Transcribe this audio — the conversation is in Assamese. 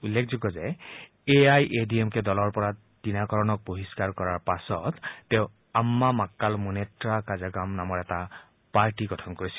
উল্লেখযোগ্য যে A I A D M K দলৰ পৰা ডিনাকৰণক বহিষ্কাৰ কৰি দিয়াৰ পাছত তেওঁ আম্মা মাক্কাল মুন্নেত্ৰা কাঝাগাম নামৰ এটা পাৰ্টী গঠন কৰিছিল